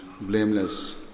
blameless